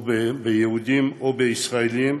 או ביהודים, או בישראלים,